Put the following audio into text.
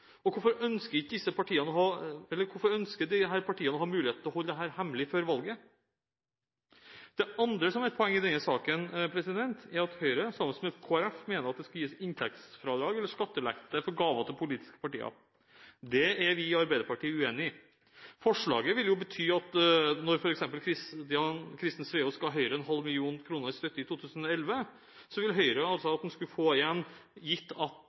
Og hvorfor ønsker disse partiene å ha muligheten til å holde dette hemmelig før valget? Det andre poenget i denne saken er at Høyre, sammen med Kristelig Folkeparti, mener at det skal gis inntektsfradrag eller skattelette for gaver til politiske partier. Det er vi i Arbeiderpartiet uenige i. Forslaget vil bety at når f.eks. Christen Sveaas ga Høyre en halv million kroner i støtte i 2011, vil Høyre altså at han skulle fått igjen, gitt at